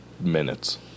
minutes